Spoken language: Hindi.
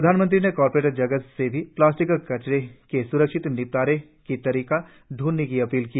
प्रधानमंत्री ने कॉरपोरेट जगत से भी प्लास्टिक कचरे के सुरक्षित निपटारे का तरीका ढूढने की अपील की